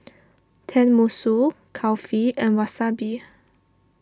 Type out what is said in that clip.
Tenmusu Kulfi and Wasabi